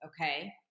Okay